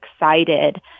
excited